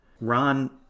Ron